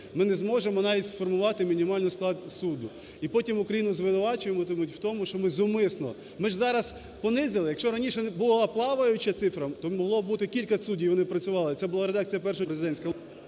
Ми не зможемо навіть сформувати мінімальний склад суду. І потім Україну звинувачуватимуть в тому, що ми зумисно. Ми ж зараз понизили, якщо раніше була плаваюча цифра, то могло бути кілька суддів і вони працювали, це була редакція першого читання президентська…